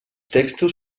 textos